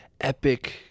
epic